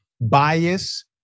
bias